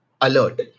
alert